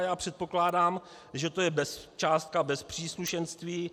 Já předpokládám, že to je částka bez příslušenství.